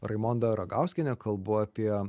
raimonda ragauskienė kalbu apie